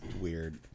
weird